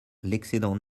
l’excédent